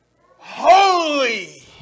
holy